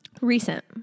Recent